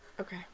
Okay